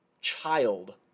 child